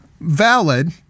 Valid